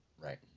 Right